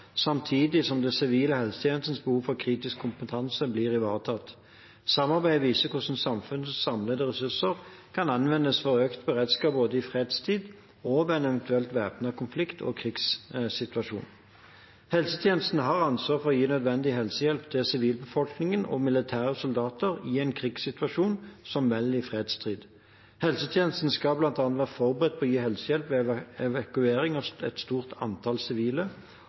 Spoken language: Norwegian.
samtidig som den sivile helsetjenestens behov for kritisk kompetanse blir ivaretatt. Samarbeidet viser hvordan samfunnets samlede ressurser kan anvendes for økt beredskap både i fredstid og ved en eventuell væpnet konflikt og krigssituasjon. Helsetjenesten har ansvar for å gi nødvendig helsehjelp til sivilbefolkningen og militære soldater – i en krigssituasjon så vel som i fredstid. Helsetjenesten skal bl.a. være forberedt på å gi helsehjelp ved evakuering av et stort antall sivile